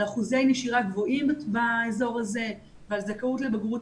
על אחוזי נשירה גבוהים באזור הזה ועל זכאות לבגרות,